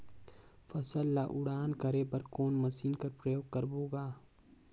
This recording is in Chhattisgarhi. फसल ल उड़ान करे बर कोन मशीन कर प्रयोग करबो ग?